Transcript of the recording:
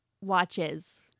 watches